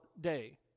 day